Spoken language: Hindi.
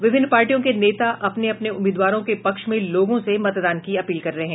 विभिन्न पार्टियों के नेता अपने अपने उम्मीदवारों के पक्ष में लोगो से मतदान की अपील कर रहे हैं